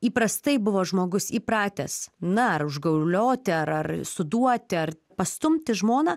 įprastai buvo žmogus įpratęs na ar užgaulioti ar ar suduoti ar pastumti žmoną